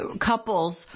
couples